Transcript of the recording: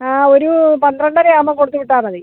ഒരു പന്ത്രണ്ടര ആകുമ്പോൾ കൊടുത്ത് വിട്ടാൽ മതി